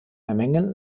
memmingen